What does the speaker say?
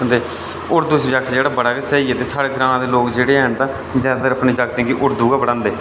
ते उर्दू सबजैक्ट जेह्ड़ा ते बड़ा गै स्हेई ऐ ते साढ़े ग्रां दे लोक जेह्ड़े हैन तां जैदातर अपने जागतें गी उर्दू गै पढ़ांदे